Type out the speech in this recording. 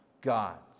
Gods